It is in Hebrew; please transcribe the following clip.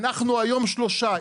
אנחנו היום שלושה,